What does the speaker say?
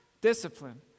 discipline